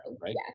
right